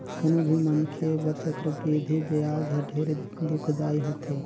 कोनो भी मनखे बर चक्रबृद्धि बियाज हर ढेरे दुखदाई होथे